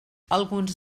alguns